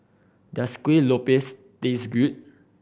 does Kuih Lopes taste good